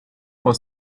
for